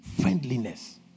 Friendliness